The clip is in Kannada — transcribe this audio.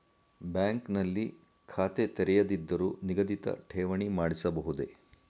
ಬ್ಯಾಂಕ್ ನಲ್ಲಿ ಖಾತೆ ತೆರೆಯದಿದ್ದರೂ ನಿಗದಿತ ಠೇವಣಿ ಮಾಡಿಸಬಹುದೇ?